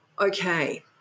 Okay